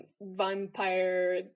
vampire